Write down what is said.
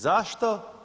Zašto?